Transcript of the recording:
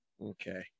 Okay